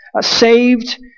saved